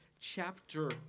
chapter